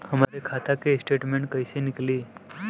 हमरे खाता के स्टेटमेंट कइसे निकली?